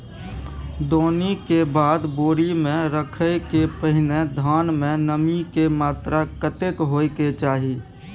दौनी के बाद बोरी में रखय के पहिने धान में नमी के मात्रा कतेक होय के चाही?